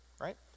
right